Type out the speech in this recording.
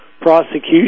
prosecution